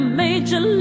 major